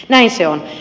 näin se on